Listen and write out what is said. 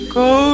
go